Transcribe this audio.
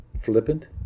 Flippant